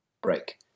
Break